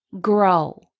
Grow